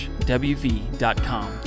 wv.com